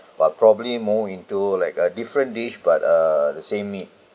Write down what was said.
but probably more into like a different dish but uh the same meat